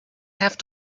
have